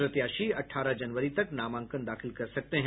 प्रत्याशी अठारह जनवरी तक नामांकन दाखिल कर सकते हैं